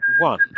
one